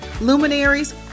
luminaries